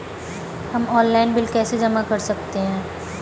हम online bill कैसे जमा कर सकते हैं?